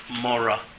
mora